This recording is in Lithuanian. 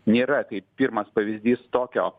nėra kaip pirmas pavyzdys tokio